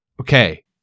Okay